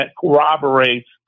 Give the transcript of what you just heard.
corroborates